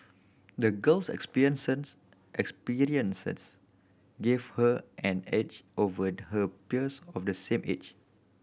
the girl's experience gave her an edge over her peers of the same age